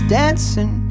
dancing